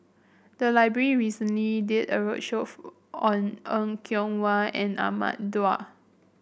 the library recently did a roadshow on Er Kwong Wah and Ahmad Daud